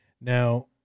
Now